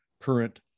current